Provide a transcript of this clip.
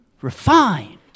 refined